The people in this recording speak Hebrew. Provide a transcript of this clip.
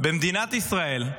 במדינת ישראל,